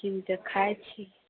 कीनके खाइत छी